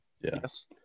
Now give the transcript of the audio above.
Yes